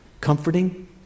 comforting